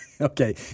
Okay